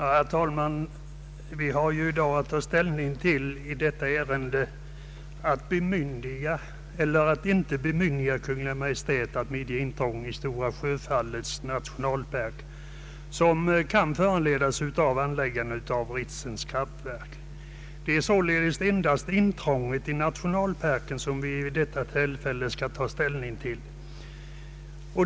Herr talman! Vi har i dag att ta ställning till frågan om att bemyndiga eller inte bemyndiga Kungl. Maj:t att göra det intrång i Stora Sjöfallets nationalpark, som kan föranledas av Ritsems kraftverk. Det är således endast intrånget i nationalparken som vi vid detta tillfälle skall ta ställning till.